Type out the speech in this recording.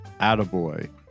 attaboy